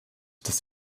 des